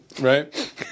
right